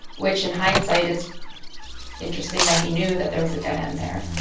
which in hindsight it's interesting that he knew that there was a dead end there.